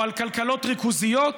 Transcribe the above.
או על כלכלות ריכוזיות,